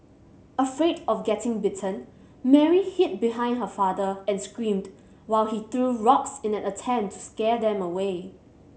afraid of getting bitten Mary hid behind her father and screamed while he threw rocks in an attempt to scare them away